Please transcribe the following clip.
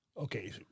Okay